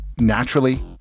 naturally